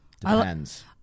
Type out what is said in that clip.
Depends